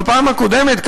בפעם הקודמת,